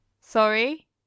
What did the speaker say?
Sorry